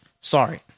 Sorry